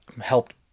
helped